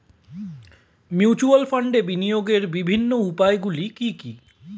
Mutual ফান্ডে বিনিয়োগের বিভিন্ন উপায়গুলি কি কি?